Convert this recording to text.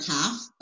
half